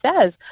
says